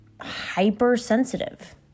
hypersensitive